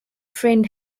friend